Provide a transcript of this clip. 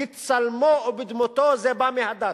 בצלמו ובדמותו זה בא מהדת.